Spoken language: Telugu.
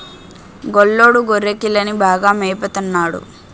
గొల్లోడు గొర్రెకిలని బాగా మేపత న్నాడు